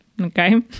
Okay